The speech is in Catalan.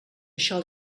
això